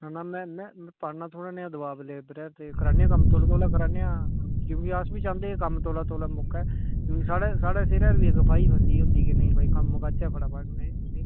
ना ना में में में पान्ना थोह्ड़ा नेहा दवाब लेबरै र ते करने आं कम्म तौले तौले कराने आं क्योंकि अस बी चांह्दे कम्म तौला तौला मुक्कै क्योंकि साढ़े साढ़े सिरै पर बी फाही फसी दी होंदी कि नेईं भई कम्म मकाचै फटाफट हून एह् नेईं